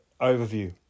overview